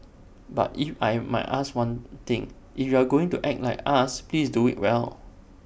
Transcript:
but if I might ask one thing if you are going to act like us please do IT well